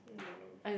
hmm don't know